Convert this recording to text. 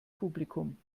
publikum